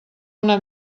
una